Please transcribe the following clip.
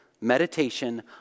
Meditation